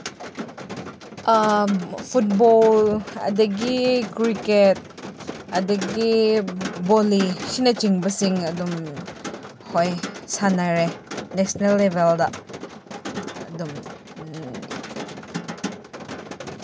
football ꯑꯗꯒꯤ cricket ꯑꯗꯒꯤ ꯕꯣꯂꯤ ꯁꯤꯅꯆꯤꯡꯕꯁꯤꯡ ꯑꯗꯨꯝ ꯍꯣꯏ ꯁꯥꯟꯅꯔꯦ ꯅꯦꯁꯅꯦꯜ ꯂꯦꯕꯦꯜꯗ ꯑꯗꯨꯝ